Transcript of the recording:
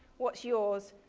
what's yours,